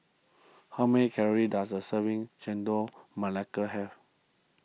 how many calories does a serving Chendol Melaka have